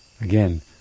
Again